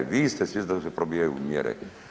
Vi ste svjesni da se probijaju mjere.